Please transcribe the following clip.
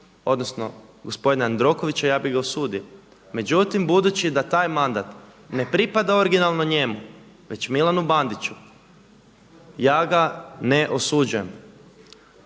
odnosno gospodina Jandrokovića ja bih ga osudio. Međutim, budući da taj mandat ne pripada originalno njemu već Milanu Bandiću ja ga ne osuđujem.